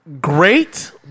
Great